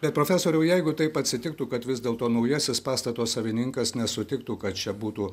bet profesoriau jeigu taip atsitiktų kad vis dėlto naujasis pastato savininkas nesutiktų kad čia būtų